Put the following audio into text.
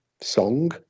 song